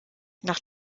nach